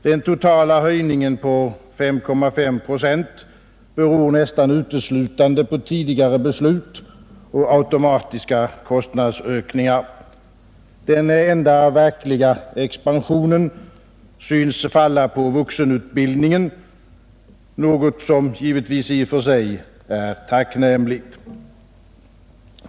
Den totala anslagsökningen på 5,5 procent beror nästan uteslutande på tidigare beslut och automatiska kostnadshöjningar. Den enda verkliga expansionen synes falla på vuxenutbildningen, någonting som naturligtvis i och för sig är tacknämligt.